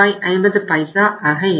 50 ஆக இருக்கும்